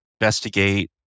investigate